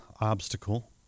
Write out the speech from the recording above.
obstacle